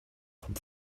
vom